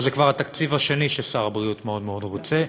אבל זה כבר התקציב השני ששר הבריאות מאוד מאוד רוצה,